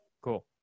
Cool